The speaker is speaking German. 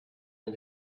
den